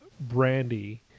Brandy